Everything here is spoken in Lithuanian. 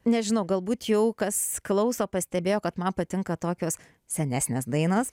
nežinau galbūt jau kas klauso pastebėjo kad man patinka tokios senesnės dainos